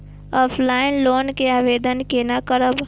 Offline loan के आवेदन केना करब?